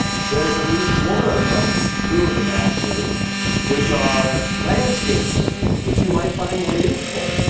there's at least one of them two of them ashley which are landscape modes, which you might find more useful